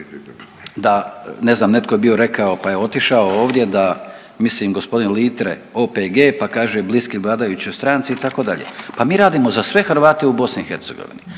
da ne znam netko je bio rekao pa je otišao ovdje da mislim gospodin Litre OPG pa kaže bliski vladajućoj stranci itd., pa mi radimo za sve Hrvate u BiH.